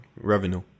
revenue